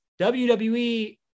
WWE